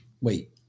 Wait